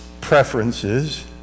preferences